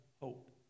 hope